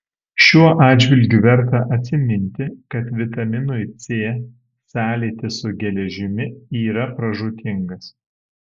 šiuo atžvilgiu verta atsiminti kad vitaminui c sąlytis su geležimi yra pražūtingas